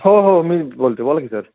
हो हो मीच बोलतो आहे बोला की सर